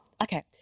okay